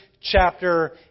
chapter